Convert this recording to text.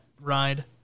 ride